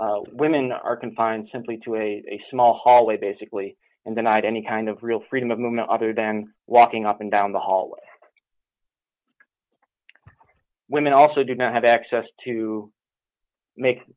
women are confined simply to a small hallway basically and then i'd any kind of real freedom of movement other than walking up and down the hall women also do not have access to make